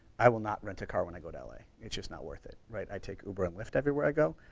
i will not rent a car when i go to l a, it's just not worth it, right? i take uber and lyft everywhere i go.